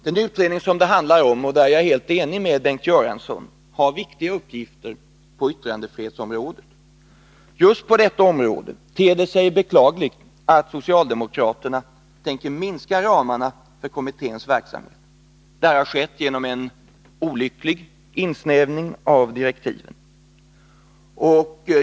Den utredning som det handlar om — och där är jag helt ense med Bengt Göransson — har viktiga uppgifter på yttrandefrihetsområdet. Just på detta område ter det sig beklagligt att socialdemokraterna tänker minska ramarna för kommitténs verksamhet. Det har skett genom en olycklig insnävning av direktiven.